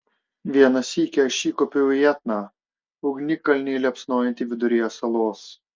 vieną sykį aš įkopiau į etną ugnikalnį liepsnojantį viduryje salos